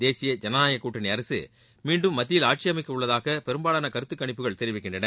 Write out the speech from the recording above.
தேசிய ஜனநாயக கூட்டணி அரசு மீண்டும் மத்தியில் ஆட்சியமைக்கவுள்ளதாக பெரும்பாலான கருத்துக்கணிப்புகள் தெரிவிக்கின்றன